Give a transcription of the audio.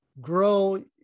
grow